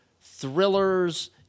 thrillers –